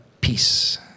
peace